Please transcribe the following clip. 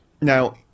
Now